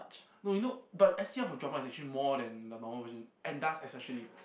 no you know but S_C_F for Dragma is actually more than the normal version and dust especially